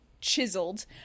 chiseled